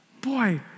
Boy